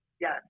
Yes